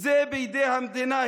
זה בידי המדינה.